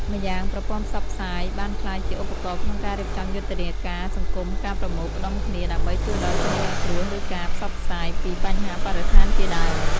ម្យ៉ាងប្រព័ន្ធផ្សព្វផ្សាយបានក្លាយជាឧបករណ៍ក្នុងការរៀបចំយុទ្ធនាការសង្គមការប្រមូលផ្តុំគ្នាដើម្បីជួយដល់ជនរងគ្រោះឬការផ្សព្វផ្សាយពីបញ្ហាបរិស្ថានជាដើម។